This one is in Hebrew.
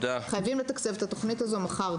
חייבים לתקצב את התוכנית הזו מחר.